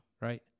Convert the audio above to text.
Right